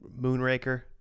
Moonraker